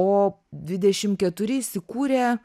o dvidešim keturi įsikūrė